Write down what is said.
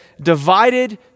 divided